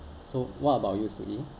so what about you soo ee